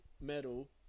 metal